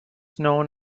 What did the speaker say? known